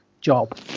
job